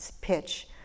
pitch